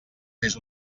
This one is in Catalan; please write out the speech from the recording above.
més